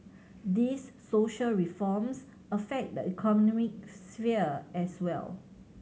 these social reforms affect the economic's sphere as well